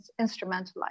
instrumentalized